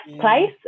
place